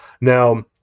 Now